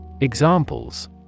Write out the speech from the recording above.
Examples